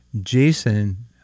Jason